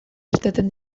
irteten